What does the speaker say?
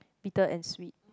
bitter and sweet